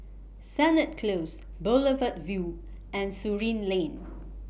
Sennett Close Boulevard Vue and Surin Lane